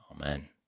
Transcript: amen